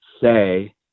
say